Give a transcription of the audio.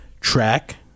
Track